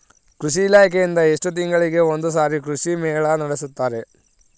ಕೃಷಿ ಇಲಾಖೆಯಿಂದ ಎಷ್ಟು ತಿಂಗಳಿಗೆ ಒಂದುಸಾರಿ ಕೃಷಿ ಮೇಳ ನಡೆಸುತ್ತಾರೆ?